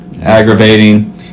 aggravating